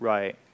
Right